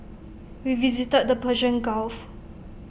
we visited the Persian gulf